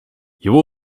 его